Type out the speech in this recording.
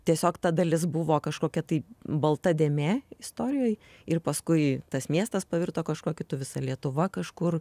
tiesiog ta dalis buvo kažkokia tai balta dėmė istorijoj ir paskui tas miestas pavirto kažkuo kitu visa lietuva kažkur